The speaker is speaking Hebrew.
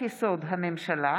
איסור התחזות לגננת),